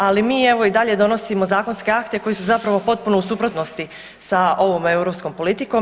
Ali mi evo i dalje donosimo zakonske akte koji su zapravo potpuno u suprotnosti sa ovom europskom politikom.